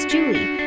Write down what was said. Julie